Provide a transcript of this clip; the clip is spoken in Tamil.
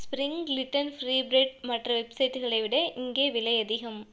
ஸ்பிரிங் க்ளிட்டன் ஃப்ரீ ப்ரெட் மற்ற வெப்சைட்டுகளை விட இங்கே விலை அதிகம்